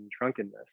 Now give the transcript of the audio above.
drunkenness